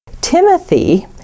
Timothy